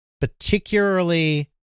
particularly